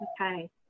Okay